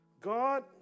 God